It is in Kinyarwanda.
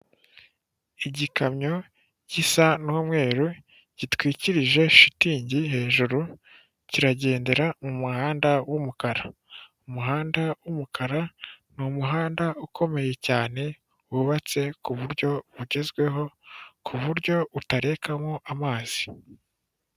Igikamyo gisa n'umweru gitwikirije shitingi hejuru kiragendera mu muhanda w'umukara umuhanda w'umukara ni umuhanda ukomeye, cyane wubatse ku buryo bugezweho ku buryo utarekamo amazi.